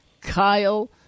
Kyle